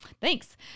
Thanks